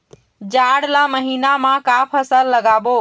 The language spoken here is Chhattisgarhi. जाड़ ला महीना म का फसल लगाबो?